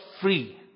free